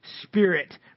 spirit